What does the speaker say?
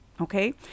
okay